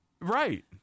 Right